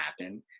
happen